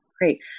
Great